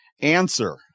Answer